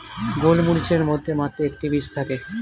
গোলমরিচের মধ্যে মাত্র একটি বীজ থাকে